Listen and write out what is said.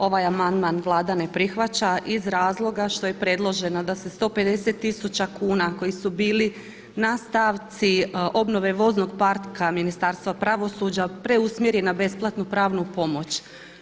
Ovaj amandman Vlada ne prihvaća iz razloga što je predloženo da se 150 tisuća kuna koji su bili na stavci obnove voznog parka Ministarstva pravosuđa preusmjeri na besplatnu pravnu pomoć.